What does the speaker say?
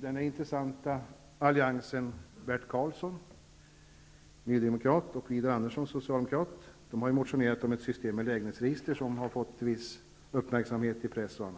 Den intressanta alliansen Bert Karlsson från Ny demokrati och Vidar Andersson från Socialdemokraterna har motionerat om ett system med lägenhetsregister, vilket har fått viss uppmärksamhet i press m.m.